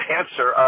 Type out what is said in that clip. answer